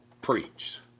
preached